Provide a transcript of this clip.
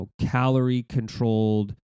calorie-controlled